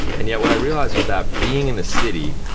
and yet, what i realized was that, being in the city,